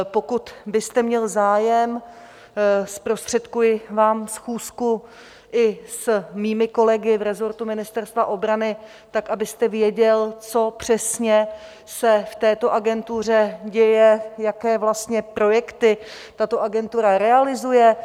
Pokud byste měl zájem, zprostředkuji vám schůzku i s mými kolegy v resortu Ministerstva obrany, tak abyste věděl, co přesně se v této agentuře děje, jaké vlastně projekty tato agentura realizuje.